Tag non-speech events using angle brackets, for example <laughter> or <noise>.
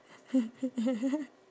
<laughs>